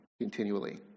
continually